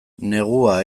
negua